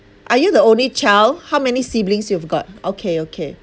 are you the only child how many siblings you've got okay okay